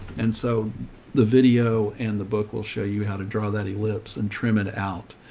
and so the video and the book will show you how to draw that ellipse and trim it out.